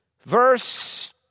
Verse